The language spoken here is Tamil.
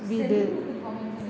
வீடு